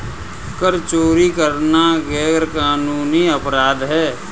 कर चोरी करना गैरकानूनी अपराध है